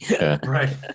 right